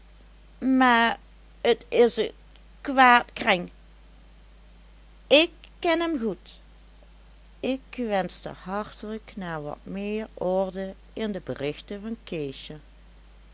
maar t is een kwaad kreng ik ken hem goed ik wenschte hartelijk naar wat meer orde in de berichten van